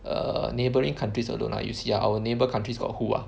err neighbouring countries alone ah you see ah our neighbour countries got who ah